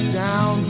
down